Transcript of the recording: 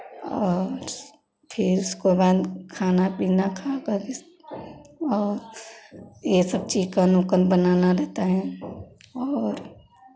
और फिर उसको बाद खाना पीना खाकर इस और ये सब चीज़ का नोकन बनाना रहता है और